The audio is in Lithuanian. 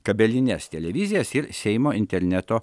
kabelines televizijas ir seimo interneto